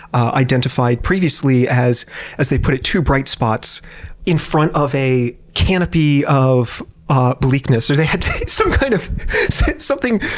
identified previously, as as they put it, two bright spots in front of a canopy of ah bleakness they had so kind of so something,